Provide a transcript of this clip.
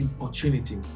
opportunity